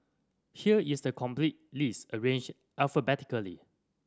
here is the complete list arranged alphabetically